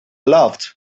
laughed